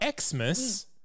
xmas